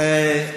אה,